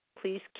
please